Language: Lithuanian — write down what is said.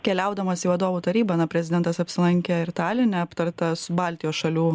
keliaudamas į vadovų tarybą na prezidentas apsilankė ir taline aptartas baltijos šalių